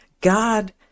God